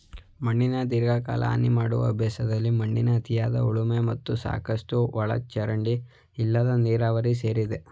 ಮಣ್ಣಿಗೆ ದೀರ್ಘಕಾಲ ಹಾನಿಮಾಡುವ ಅಭ್ಯಾಸದಲ್ಲಿ ಮಣ್ಣಿನ ಅತಿಯಾದ ಉಳುಮೆ ಮತ್ತು ಸಾಕಷ್ಟು ಒಳಚರಂಡಿ ಇಲ್ಲದ ನೀರಾವರಿ ಸೇರಿವೆ